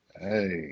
Hey